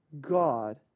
God